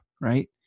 right